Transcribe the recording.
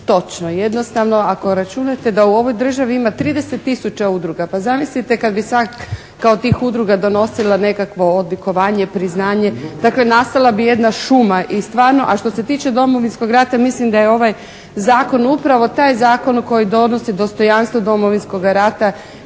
točno. Jednostavno ako računate da u ovoj državi ima 30 tisuća udruga pa zamislite kad bi svaka od tih udruga donosila nekakvo odlikovanje, priznanje, dakle nastala bi jedna šuma i stvarno, a što se tiče Domovinskog rata mislim da je ovaj Zakon upravo taj zakon koji donosi dostojanstvo Domovinskoga rata